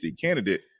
candidate